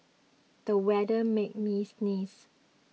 the weather made me sneeze